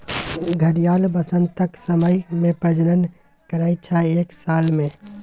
घड़ियाल बसंतक समय मे प्रजनन करय छै एक साल मे